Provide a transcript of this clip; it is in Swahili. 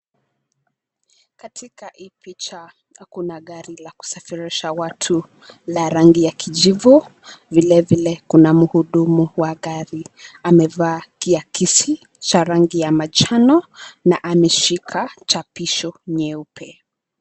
Katika hii picha, kuna gari la kusafirisha watu la rangi ya kijivu , vile vile kuna mhudumu wa gari. Amevaa kiakisi cha rangi ya manjano na ameshika chapisho nyeupe.